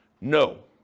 No